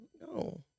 no